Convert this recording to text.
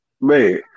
Man